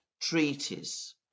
treaties